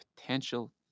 potential